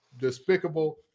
Despicable